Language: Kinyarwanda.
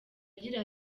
agira